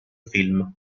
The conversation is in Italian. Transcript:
film